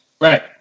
Right